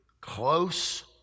close